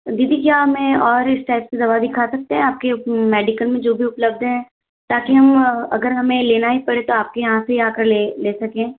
दीदी क्या मैं और इस टाइप की दवा भी खा सकते हैं आपके मेडिकल जो भी उपलब्ध हैं ताकि हम अगर हमें लेना ही पड़े तो आपके यहाँ से ही आकर लें ले सकें